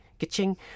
ka-ching